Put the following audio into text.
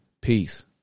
Peace